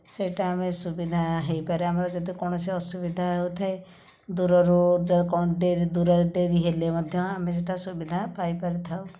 ସେଇଟା ଆମେ ସୁବିଧା ହୋଇପାରେ ଆମର ଯଦି କୌଣସି ଅସୁବିଧା ହୋଉଥାଏ ଦୂରରୁ କ'ଣ ଡେରି ହେଲେ ମଧ୍ୟ ଆମେ ସେଇଟା ସୁବିଧା ପାଇପାରିଥାଉ